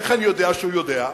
איך אני יודע שהוא יודע?